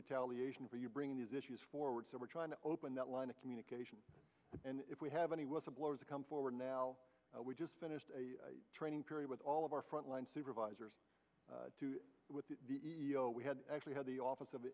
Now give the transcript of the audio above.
retaliation for you bringing these issues forward so we're trying to open that line of communication and if we have any whistleblowers to come forward now we just finished a training period with all of our front line supervisors with the e o we had actually had the office of